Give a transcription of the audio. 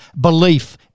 belief